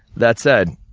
that said,